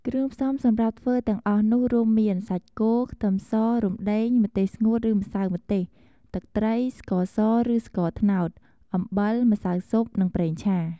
គ្រឿងផ្សំសម្រាប់ធ្វើទាំងអស់នោះរួមមាន សាច់គោ ខ្ទឹមស រំដេង ម្ទេសស្ងួតឬម្សៅម្ទេស ទឹកត្រី ស្ករសឬស្ករត្នោត អំបិល ម្សៅស៊ុប និងប្រេងឆា។